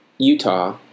Utah